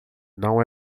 não